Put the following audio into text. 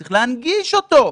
צריך להנגיש אותו.